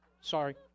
Sorry